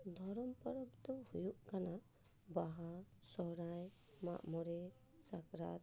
ᱫᱷᱚᱨᱚᱢ ᱯᱚᱨᱚᱵ ᱫᱚ ᱦᱩᱭᱩᱜ ᱠᱟᱱᱟ ᱵᱟᱦᱟ ᱥᱚᱦᱚᱨᱟᱭ ᱢᱟᱜᱢᱚᱬᱮ ᱥᱟᱠᱨᱟᱛ